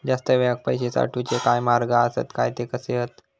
जास्त वेळाक पैशे साठवूचे काय मार्ग आसत काय ते कसे हत?